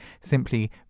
simply